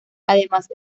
además